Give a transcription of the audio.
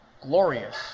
glorious